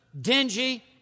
dingy